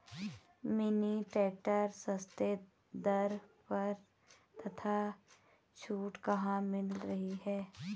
Mini tractor सस्ते दर पर तथा छूट कहाँ मिल रही है?